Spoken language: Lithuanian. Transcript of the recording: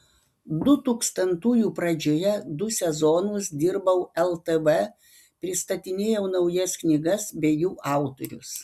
dutūkstantųjų pradžioje du sezonus dirbau ltv pristatinėjau naujas knygas bei jų autorius